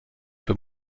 für